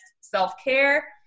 self-care